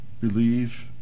believe